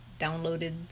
downloaded